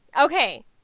okay